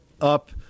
up